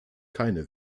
keine